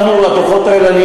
הדוחות האלה,